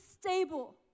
stable